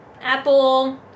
Apple